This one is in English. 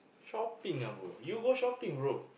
shopping ah bro you go shopping bro